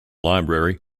library